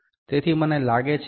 તેથી મને લાગે છે કે તે 0